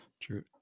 True